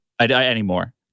anymore